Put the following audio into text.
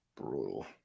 Brutal